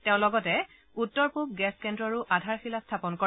তেওঁ লগতে উত্তৰ পুব গেছ কেন্দ্ৰৰো আধাৰশিলা স্থাপন কৰে